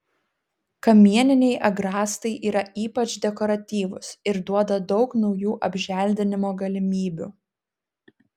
kamieniniai agrastai yra ypač dekoratyvūs ir duoda daug naujų apželdinimo galimybių